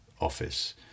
office